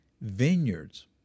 vineyards